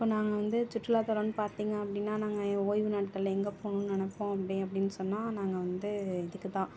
இப்போ நாங்கள் வந்து சுற்றுலாதளம்னு பார்த்தீங்க அப்படின்னா நாங்கள் ஒய்வு நேரத்தில் எங்கே போகணும்னு நினப்போம் அப்படி அப்படின்னு சொன்னால் நாங்கள் வந்து இதுக்குத்தான்